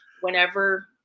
whenever